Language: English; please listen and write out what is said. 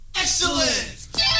Excellent